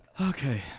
Okay